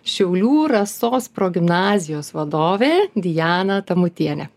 šiaulių rasos progimnazijos vadovė diana tamutienė